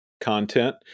content